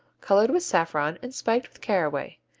colored with saffron and spiked with caraway,